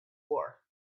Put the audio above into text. war